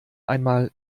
einmal